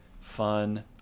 fun